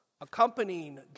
accompanying